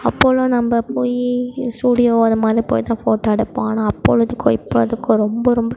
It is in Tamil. அப்போதுலாம் நம்ம போய் ஸ்டூடியோ மாதிரி போய் தான் ஃபோட்டோ எடுப்போம் ஆனால் அப்போது உள்ளதுக்கும் இப்போ உள்ளதுக்கும் ரொம்ப ரொம்ப